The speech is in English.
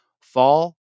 fall